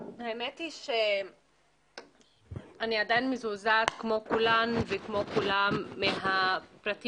האמת היא שאני עדיין מזועזעת כמו כולן וכמו כולם מהפרטים